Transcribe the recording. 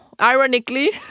ironically